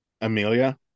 Amelia